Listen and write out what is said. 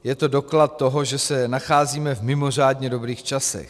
Je to doklad toho, že se nacházíme v mimořádně dobrých časech.